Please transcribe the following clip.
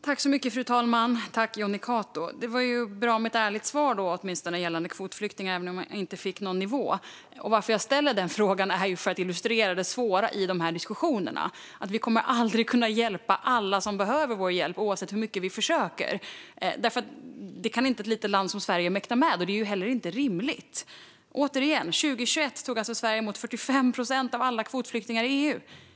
Fru talman! Det var bra med ett ärligt svar, Jonny Cato, åtminstone gällande kvotflyktingar, även om jag inte fick svar om nivån. Jag ställer frågan därför att jag vill illustrera det svåra i dessa diskussioner. Vi kommer aldrig att kunna hjälpa alla som behöver vår hjälp, oavsett hur mycket vi försöker. Det kan inte ett litet land som Sverige mäkta med, och det är heller inte rimligt. Återigen: År 2021 tog alltså Sverige emot 45 procent av alla kvotflyktingar i EU.